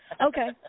Okay